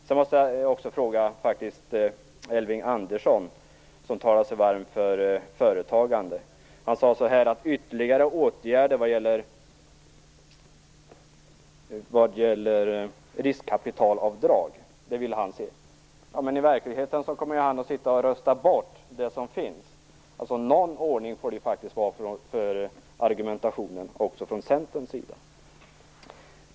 Jag måste också ställa en fråga till Elving Andersson, som talar sig varm för företagande. Han sade att han vill se ytterligare åtgärder vad gäller riskkapitalavdrag. Men i verkligheten kommer han ju att rösta bort de som finns. Någon ordning får det faktiskt vara på argumentationen också från Centerns sida.